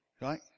Right